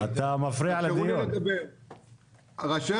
ראשי